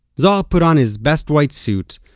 zohar put on his best white suit,